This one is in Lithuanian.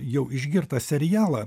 jau išgirtą serialą